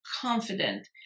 Confident